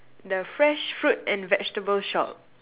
the fresh fruit and vegetables shop